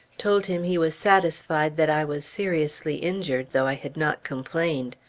told him he was satisfied that i was seriously injured, though i had not complained.